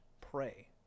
Pray